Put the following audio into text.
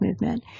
movement